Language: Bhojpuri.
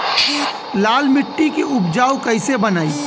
लाल मिट्टी के उपजाऊ कैसे बनाई?